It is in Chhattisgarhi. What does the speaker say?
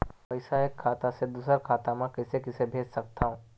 पईसा एक खाता से दुसर खाता मा कइसे कैसे भेज सकथव?